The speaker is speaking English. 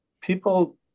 people